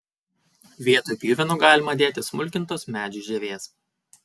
vietoj pjuvenų galima dėti smulkintos medžių žievės